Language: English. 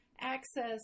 access